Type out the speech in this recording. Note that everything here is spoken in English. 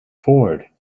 forward